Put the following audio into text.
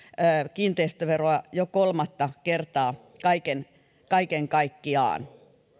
kiinteistöveroa jo kolmatta kertaa kaiken kaiken kaikkiaan